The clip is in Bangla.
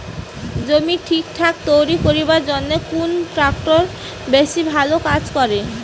জমি ঠিকঠাক তৈরি করিবার জইন্যে কুন ট্রাক্টর বেশি ভালো কাজ করে?